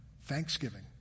Thanksgiving